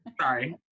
Sorry